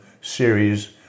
series